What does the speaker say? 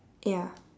ya